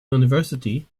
university